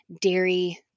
dairy